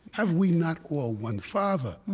have we not all one father?